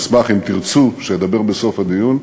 אשמח אם תרצו שאדבר בסוף הדיון,